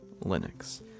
Linux